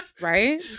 Right